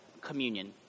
communion